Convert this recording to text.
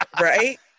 right